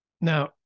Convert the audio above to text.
Now